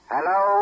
Hello